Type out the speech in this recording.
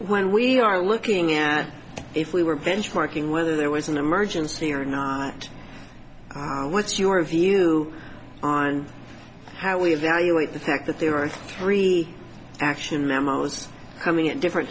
when we are looking at if we were benchmarking whether there was an emergency or not what's your view on how we evaluate the fact that there are three action memo was coming at different